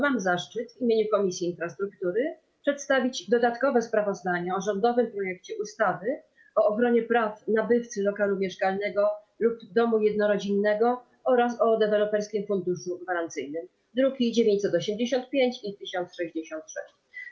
Mam zaszczyt w imieniu Komisji Infrastruktury przedstawić dodatkowe sprawozdanie o rządowym projekcie ustawy o ochronie praw nabywcy lokalu mieszkalnego lub domu jednorodzinnego oraz o Deweloperskim Funduszu Gwarancyjnym, druki nr 985 i 1066.